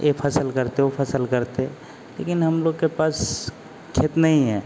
यह फसल करते वो फसल करते लेकिन हम लोग के पास खेत नहीं है